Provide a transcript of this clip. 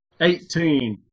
Eighteen